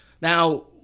Now